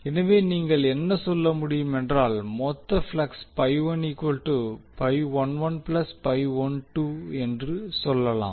எனவே நீங்கள் என்ன சொல்ல முடியும் என்றால் மொத்த ஃப்ளக்ஸ் என்று சொல்லலாம்